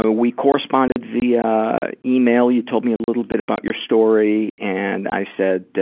ah we corresponded via email. you told me a little bit about your story, and i said,